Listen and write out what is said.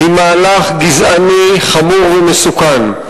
היא מהלך גזעני חמור ומסוכן.